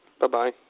Bye-bye